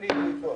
הישיבה ננעלה